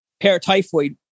paratyphoid